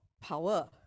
power